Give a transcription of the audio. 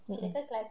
mmhmm